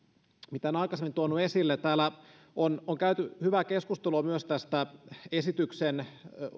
en aikaisemmin tuonut esille täällä on on käyty hyvää keskustelua myös tästä esityksen